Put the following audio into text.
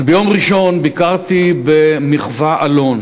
ביום ראשון ביקרתי במחו"ה אלון,